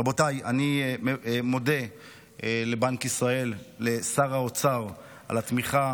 רבותיי, אני מודה לבנק ישראל ולשר האוצר על התמיכה